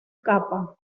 capa